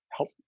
help